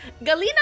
Galina